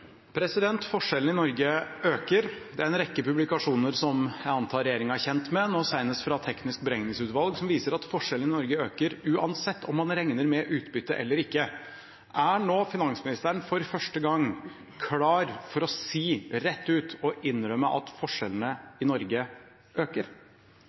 en rekke publikasjoner som jeg antar regjeringen er kjent med, nå senest fra Teknisk beregningsutvalg, som viser at forskjellene i Norge øker uansett om man regner med utbytte eller ikke. Er nå finansministeren for første gang klar til å si rett ut og innrømme at